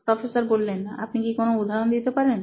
professor আপনি কি কোন উদাহরন দিতে পারেন